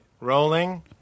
Rolling